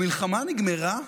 המלחמה נגמרה?